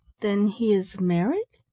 then he is married?